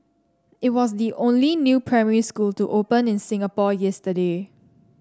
it was the only new primary school to open in Singapore yesterday